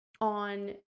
on